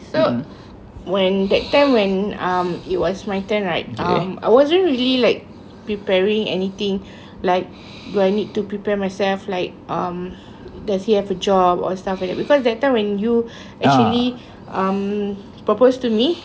so when that time when um it was my turn right um I wasn't really like preparing anything like do I need to prepare myself like um does he have a job or stuff like that because that time when you actually um proposed to me